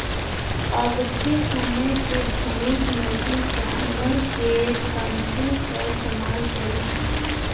अबके समय के धनुष में भी जानवर के तंतु क इस्तेमाल होला